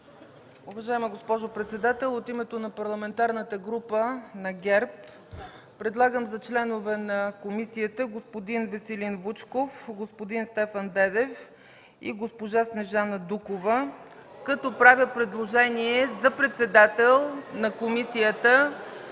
Уважаема госпожо председател, от името на Парламентарната група на ГЕРБ предлагам за членове на комисията: господин Веселин Вучков, господин Стефан Дедев и госпожа Снежана Дукова, като правя предложение за председател на комисията